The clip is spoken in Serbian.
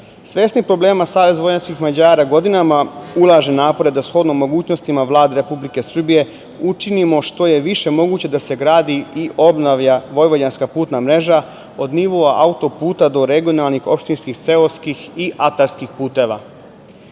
mrežom. Svesni problema, SVM godinama ulaže napore da, shodno mogućnostima Vlade Republike Srbije, učinimo što je više moguće da se gradi i obnavlja vojvođanska putna mreža od nivoa auto-puta do regionalnih, opštinskih, seoskih i atarskih puteva. Pitanje